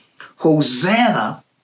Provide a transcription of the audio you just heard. Hosanna